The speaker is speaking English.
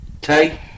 Tay